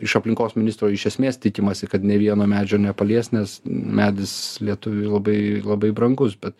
iš aplinkos ministro iš esmės tikimasi kad ne vieno medžio nepalies nes medis lietuviui labai labai brangus bet